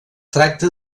tracta